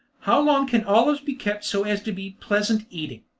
how long can olives be kept so as to be pleasant eating?